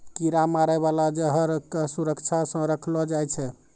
कीरा मारै बाला जहर क सुरक्षा सँ रखलो जाय छै